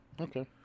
Okay